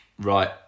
Right